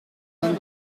vingt